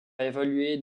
évoluer